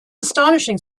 astonishing